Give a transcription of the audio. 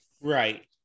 Right